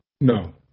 No